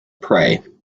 pray